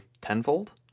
tenfold